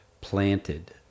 planted